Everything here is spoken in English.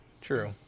True